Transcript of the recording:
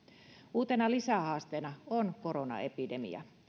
uutena lisähaasteena on koronaepidemia